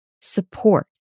Support